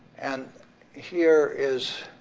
and here is